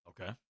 Okay